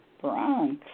Bronx